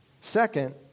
Second